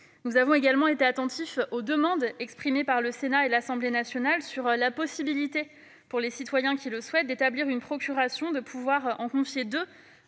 Nous avons également été attentifs aux demandes exprimées par le Sénat et l'Assemblée nationale sur la possibilité pour les citoyens qui souhaiteront voter par procuration de pouvoir en confier deux